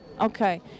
Okay